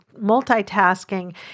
multitasking